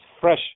fresh